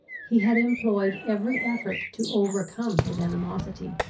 he had employed every effort to overcome his animosity,